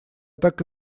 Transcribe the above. так